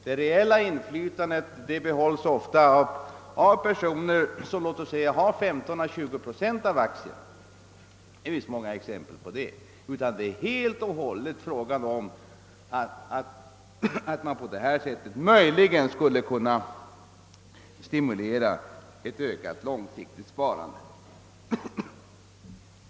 Det reella inflytandet behålles ofta av personer som har låt oss säga 15—20 procent av aktierna. Det finns många exempel på detta. Det är helt och hållet fråga om att man på detta sätt möjligen skulle kunna stimulera ett ökat långsiktigt sparande.